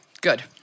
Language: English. Good